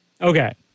Okay